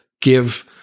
give